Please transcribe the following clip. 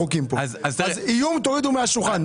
איום תורידו מהשולחן.